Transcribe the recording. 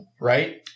right